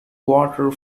quarter